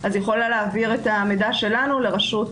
היא יכולה להעביר את המידע שלנו לרשות